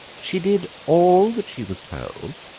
she did all that she was told,